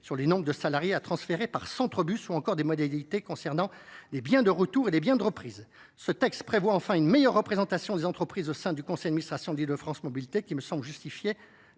sur le nombre de salariés à transférer par centre bus ou encore les modalités concernant les biens de retour et les biens de reprise. Ce texte prévoit enfin une meilleure représentation des entreprises au sein du conseil d’administration d’Île de France Mobilités, qui me semble justifiée